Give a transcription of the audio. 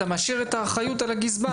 אתה משאיר את האחריות על הגזבר.